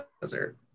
desert